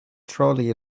trolley